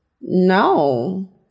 no